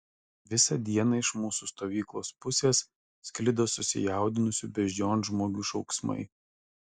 visą dieną iš mūsų stovyklos pusės sklido susijaudinusių beždžionžmogių šauksmai